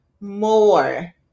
more